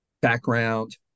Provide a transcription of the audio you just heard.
background